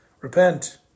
Repent